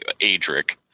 Adric